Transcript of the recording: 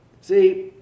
see